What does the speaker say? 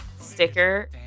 sticker